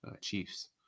Chiefs